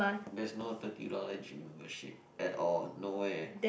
there is no thirty dollar gym membership at all no way